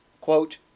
Quote